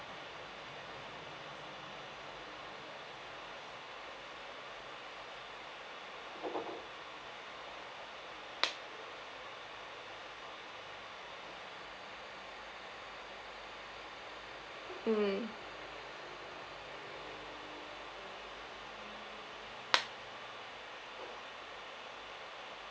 mm